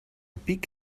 big